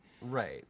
right